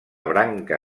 branca